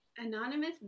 Anonymous